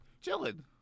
chilling